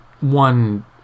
one